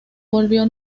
volvió